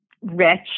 rich